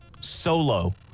solo